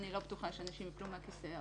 אני לא בטוחה שאנשים ייפלו מהכיסא.